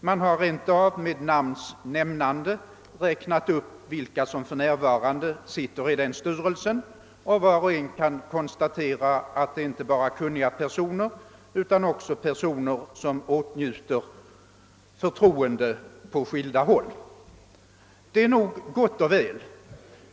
Man har rent av med namns nämnande räknat upp vilka som för närvarande sitter i denna styrelse, och var och en kan konstatera att det inte bara är kunniga personer utan också personer som åtnjuter förtroende på skilda håll. Det är nog gott och väl.